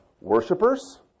Worshippers